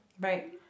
Right